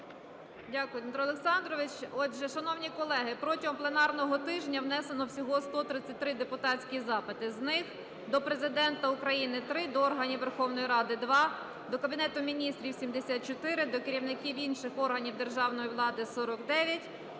Дякую, Дмитре Олександровичу. Отже, шановні колеги, протягом пленарного тижня внесено всього 133 депутатських запити. З них: до Президента України – 3, до органів Верховної Ради – 2, до Кабінету Міністрів – 74, до керівників інших органів державної влади –